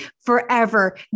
forever